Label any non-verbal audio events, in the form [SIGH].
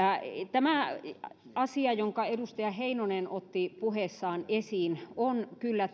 tämä asia jonka edustaja heinonen otti puheessaan esiin on kyllä [UNINTELLIGIBLE]